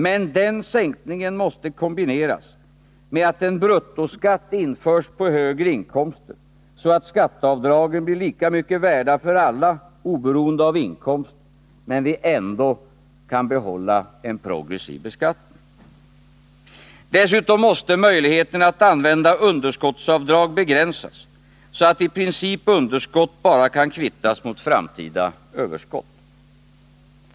Men denna sänkning måste kombineras med att en bruttoskatt införs på högre inkomster, så att skatteavdragen blir lika mycket värda för alla, oberoende av inkomst, men vi ändå kan behålla en progressiv beskattning. Dessutom måste möjligheterna att använda underskottsavdrag begränsas, så att i princip underskott bara kan kvittas mot framtida överskott.